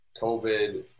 COVID